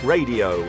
Radio